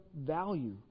value